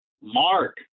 mark